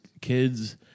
kids